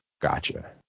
gotcha